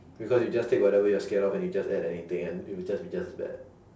because you just take whatever you're scared of and you just add anything and it will just be just bad